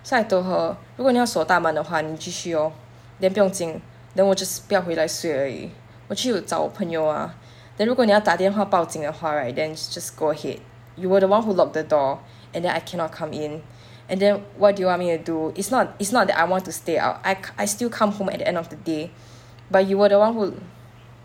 so I told her 如果你要锁大门的话你继续 lor then 不用紧 then 我 just 不要回来睡而已我去找我朋友 then 如果你要打电话报警的话 then just go ahead you were the one who locked the door and then I cannot come in and then what do you want me to do it's not that I want to stay out I ca~ I still come home at end of the day but you were the one who